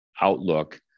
outlook